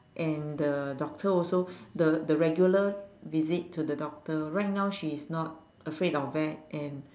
and the doctor also the the regular visit to the doctor right now she is not afraid of vet and